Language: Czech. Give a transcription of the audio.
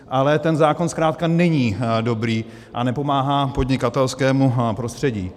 Ale ten zákon zkrátka není dobrý a nepomáhá podnikatelskému prostředí.